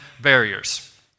Barriers